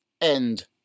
End